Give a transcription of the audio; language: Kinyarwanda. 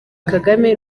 kagame